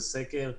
זה סקר,